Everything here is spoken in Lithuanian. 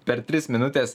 per tris minutes